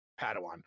Padawan